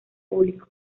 público